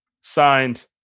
signed